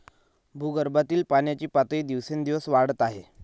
भूगर्भातील पाण्याची पातळी दिवसेंदिवस वाढत आहे